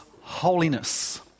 holiness